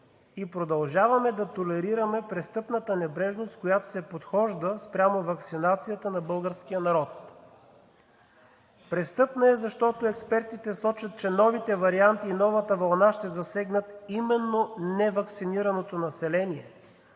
и продължаваме да толерираме престъпната небрежност, с която се подхожда спрямо ваксинацията на българския народ. Престъпна е, защото експертите сочат, че новите варианти и новата вълна ще засегнат именно неваксинираното население.